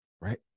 Right